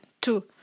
two